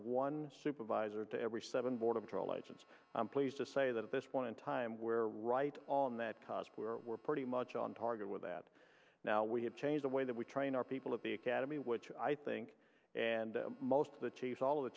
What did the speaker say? one supervisor to every seven border patrol agents please to say that at this point in time we're right on that because we are we're pretty much on target with that now we have changed the way that we train our people at the academy which i think and most of the chiefs all